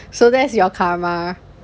so that's your karma